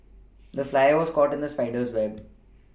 the fly was caught in the spider's web